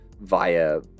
via